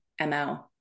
ML